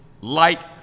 light